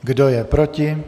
Kdo je proti?